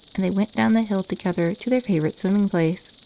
and they went down the hill together to their favourite swimming-place.